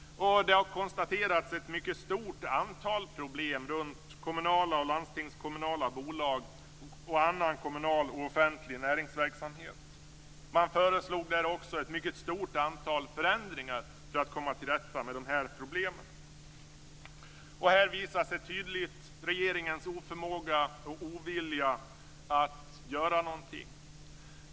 Det har konstaterats ett mycket stort antal problem runt kommunala och landstingskommunala bolag och annan kommunal och offentlig näringsverksamhet. Man föreslår ett mycket stort antal förändringar för att komma till rätta med problemen. Här visar sig tydligt regeringens oförmåga och ovilja att göra någonting.